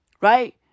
right